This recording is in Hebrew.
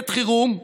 בעת חירום,